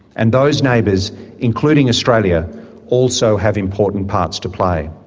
and those neighbours including australia also have important parts to play.